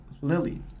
Lily